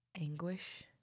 anguish